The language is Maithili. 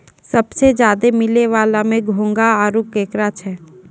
सबसें ज्यादे मिलै वला में घोंघा आरो केकड़ा छै